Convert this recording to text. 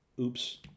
oops